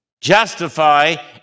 justify